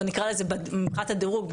מבחינת הדירוג,